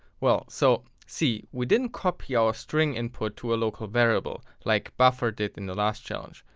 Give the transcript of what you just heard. well so. see, we didn't copy our string input to a local variable like buffer did in the last challenge.